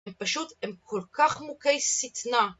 הם פשוט, הם כל כך מוכי שטנה